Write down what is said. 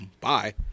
Bye